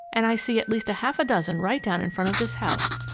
and i see at least a half dozen right down in front of this house.